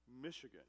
Michigan